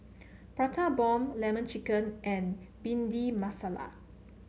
Prata Bomb lemon chicken and Bhindi Masala